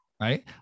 right